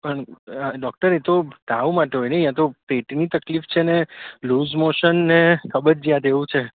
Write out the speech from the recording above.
પણ ડૉક્ટર એ તો તાવ માટે હોય ને અહીંયા તો પેટની તકલીફ છે ને લૂઝ મોશન ને કબજિયાત એવું છે